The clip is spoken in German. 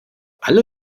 alle